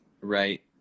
right